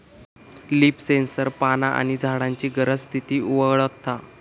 leaf sensor पाना आणि झाडांची गरज, स्थिती वळखता